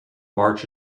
march